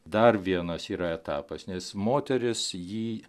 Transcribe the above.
dar vienas yra etapas nes moterys jį